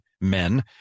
men